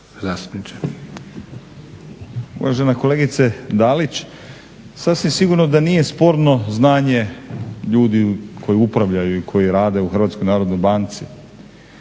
rada)** Uvažene kolegice Dalić sasvim sigurno da nije sporno znanje ljudi koji upravljaju i koji rade u HNB-u. Upitno je,